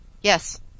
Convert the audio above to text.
Yes